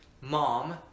Mom